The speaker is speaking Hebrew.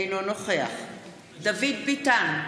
אינו נוכח דוד ביטן,